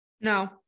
No